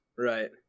Right